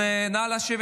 נא לשבת